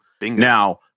Now